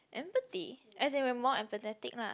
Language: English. empathy as in we're more empathetic lah